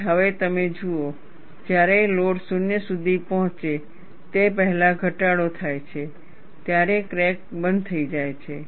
અને હવે તમે જુઓ જ્યારે લોડ 0 સુધી પહોંચે તે પહેલા ઘટાડો થાય છે ત્યારે ક્રેક બંધ થઈ જાય છે